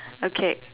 okay